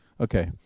Okay